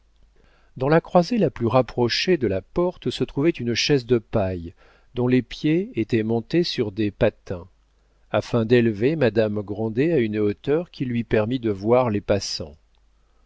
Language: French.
dans la croisée la plus rapprochée de la porte se trouvait une chaise de paille dont les pieds étaient montés sur des patins afin d'élever madame grandet à une hauteur qui lui permît de voir les passants